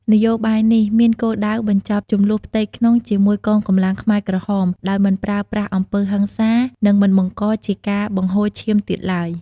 នយោបាយនេះមានគោលដៅបញ្ចប់ជម្លោះផ្ទៃក្នុងជាមួយកងកម្លាំងខ្មែរក្រហម ដោយមិនប្រើប្រាស់អំពើហិង្សា និងមិនបង្កជាការបង្ហូរឈាមទៀតឡើយ។